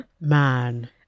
man